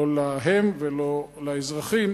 לא להם ולא לאזרחים.